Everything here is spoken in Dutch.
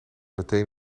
meteen